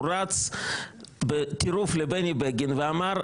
הוא רץ בטירוף לבני בגין ואמר: